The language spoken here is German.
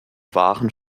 waren